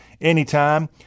anytime